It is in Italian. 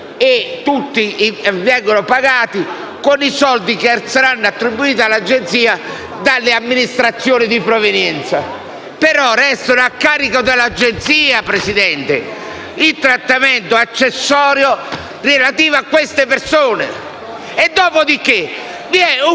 tutti vengono pagati con i soldi che saranno attribuiti all'Agenzia dalle amministrazioni di provenienza. Tuttavia, signor Presidente, il trattamento accessorio relativo a queste persone